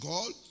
God